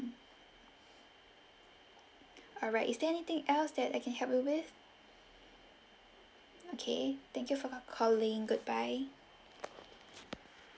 alright is there anything else that I can help you with okay thank you for calling goodbye